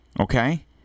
Okay